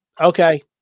okay